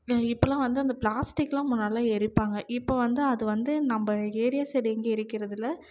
இப்பெல்லாம் வந்து அந்த ப்ளாஸ்டிக்லாம் முன்னாடிலாம் எரிப்பாங்க இப்போ வந்து அது வந்து நம்ப ஏரியா சைடு எங்கேயும் எரிக்கறதில்லை